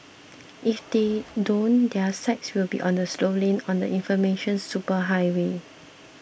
if they don't their sites will be on the slow lane on the information superhighway